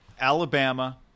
Alabama